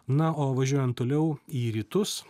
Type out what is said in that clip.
na o važiuojant toliau į rytus